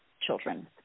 children